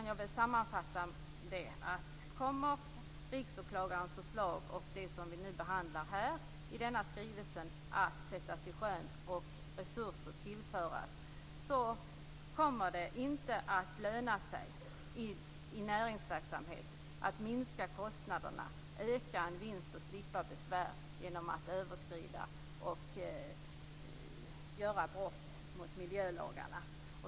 Jag kan sammanfatta med följande: Om Riksåklagarens förslag och det som behandlas i denna skrivelse ges resurser och sätts i sjön, kommer det inte att löna sig att begå brott mot miljölagarna för att minska kostnader, öka vinster och slippa besvär.